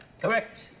Correct